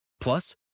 Plus